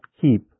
keep